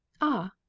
Ah